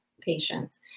patients